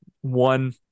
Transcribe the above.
one